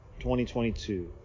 2022